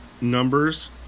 Numbers